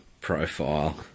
profile